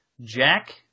Jack